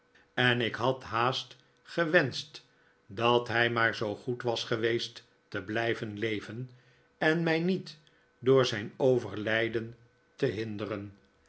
en ik had haast gewenscht dat hij maar zoo goed was geweest te blijven leven en mij niet door zijn overlijden te hindereh